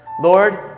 Lord